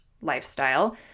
lifestyle